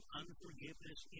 unforgiveness